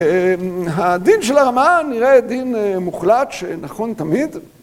הדין של הרמ"א נראה דין מוחלט שנכון תמיד.